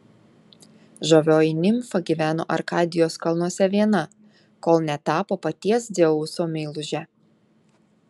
žavioji nimfa gyveno arkadijos kalnuose viena kol netapo paties dzeuso meiluže